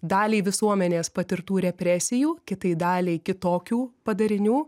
daliai visuomenės patirtų represijų kitai daliai kitokių padarinių